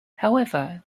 however